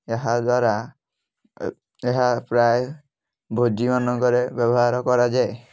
ଏହାଦ୍ୱାରା ଏହା ପ୍ରାୟ ଭୋଜିମାନଙ୍କରେବ୍ୟବହାର କରାଯାଏ